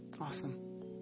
awesome